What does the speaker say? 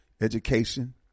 education